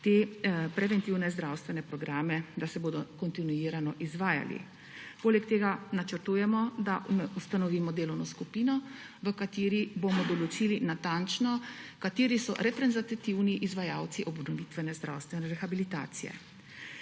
te preventivne zdravstvene programe, da se bodo kontinuirano izvajali. Poleg tega načrtujemo, da ustanovimo delovno skupino, v kateri bomo natančno določili, kateri so reprezentativni izvajalci obnovitvene zdravstvene rehabilitacije.